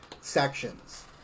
sections